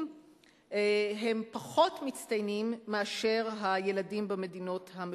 הם פחות מצטיינים מאשר הילדים במדינות המפותחות,